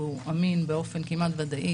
שהוא אמין באופן כמעט ודאי,